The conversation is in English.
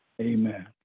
amen